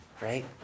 right